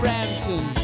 Rampton